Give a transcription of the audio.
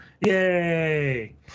yay